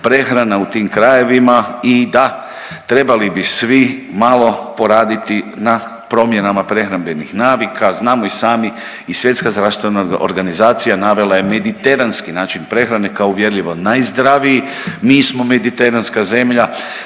prehrana u tim krajevima. I da, trebali bi svi malo poraditi na promjenama prehrambenih navika, znamo i sami i Svjetska zdravstvena organizacija navela je mediteranski način prehrane kao uvjerljivo najzdraviji, mi smo mediteranska zemlja,